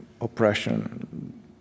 oppression